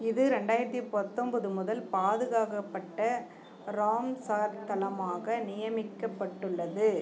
இது ரெண்டாயிரத்து பத்தொன்பது முதல் பாதுகாக்கப்பட்ட ராம்சார் தளமாக நியமிக்கப்பட்டுள்ளது